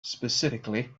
specifically